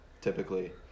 typically